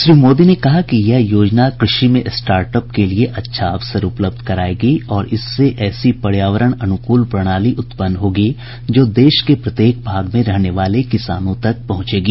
श्री मोदी ने कहा कि यह योजना कृषि में स्टार्ट अप के लिए अच्छा अवसर उपलब्ध कराएगी और इससे ऐसी पर्यावरण अनुकूल प्रणाली उत्पन्न होगी जो देश के प्रत्येक भाग में रहने वाले किसानों तक पहुंचेगी